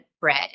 bread